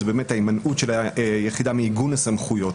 זה ההימנעות של היחידה מעיגון הסמכויות,